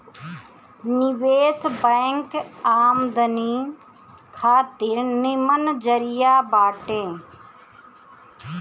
निवेश बैंक आमदनी खातिर निमन जरिया बाटे